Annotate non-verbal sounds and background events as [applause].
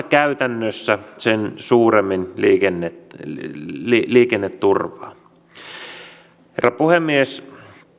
[unintelligible] käytännössä vaarantamatta sen suuremmin liikenneturvaa herra puhemies